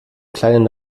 kleinen